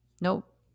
Nope